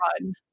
run